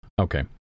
Okay